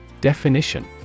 Definition